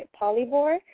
polyvore